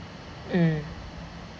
mm